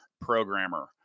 programmer